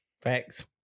Facts